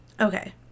Okay